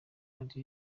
ariko